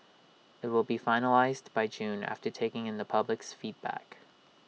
IT will be finalised by June after taking in the public's feedback